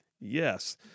Yes